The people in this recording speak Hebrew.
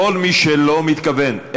כל מי שלא מתכוון,